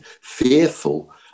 fearful